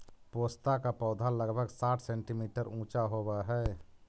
पोस्ता का पौधा लगभग साठ सेंटीमीटर ऊंचा होवअ हई